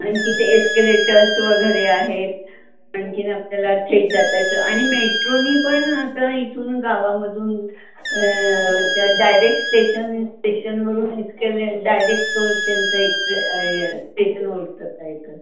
आणि तिथे एस्केलेटर्स वगैरे आहेत आणखी आपल्याला थेट जाता येतं आणि मेट्रोने पण आता इथून गावामधून त्या डायरेक्ट स्टेशन स्टेशनवरून एस्केले डायरेक्ट त्यांचं एक्सरे स्टेशनवरून जाता येतं